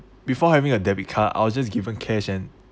before having a debit card I was just given cash and